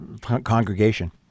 congregation